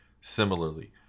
Similarly